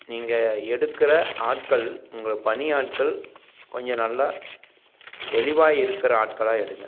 நீங்கள் எடுக்கிற ஆட்கள் உங்களை பணி ஆட்கள் கொஞ்சம் நல்லா தெளிவாக இருக்கிற ஆட்களாக எடுங்கள்